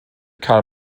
karl